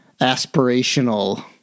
aspirational